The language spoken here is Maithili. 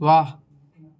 वाह